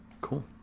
Cool